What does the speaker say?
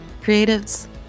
Creatives